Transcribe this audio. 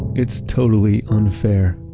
it's totally unfair.